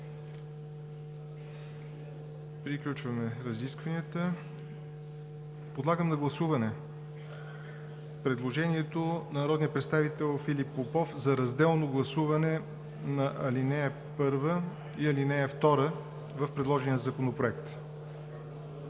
Приключваме разискванията. Подлагам на гласуване предложението на народния представител Филип Попов за разделно гласуване на ал. 1 и ал. 2 в предложения Законопроект.